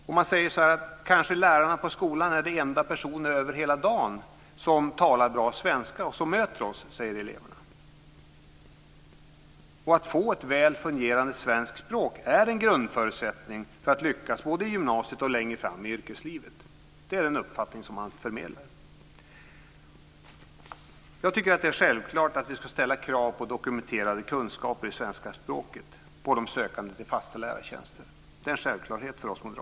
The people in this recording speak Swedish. Kanske är lärarna på skolan de enda personer på hela dagen som talar bra svenska och som möter oss, säger eleverna. Att få ett väl fungerande svenskt språk är en grundförutsättning för att lyckas både i gymnasiet och längre fram i yrkeslivet, är en uppfattning som man förmedlar. Jag tycker att det är självklart att vi ska ställa krav på dokumenterade kunskaper i svenska språket på de sökande till fasta lärartjänster. Det är en självklarhet för oss moderater.